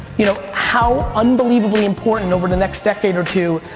you know, how unbelievably important over the next decade or two,